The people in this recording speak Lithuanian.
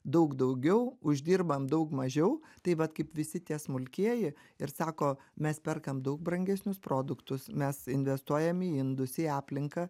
daug daugiau uždirbam daug mažiau taip vat kaip visi tie smulkieji ir sako mes perkam daug brangesnius produktus mes investuojam į indus į aplinką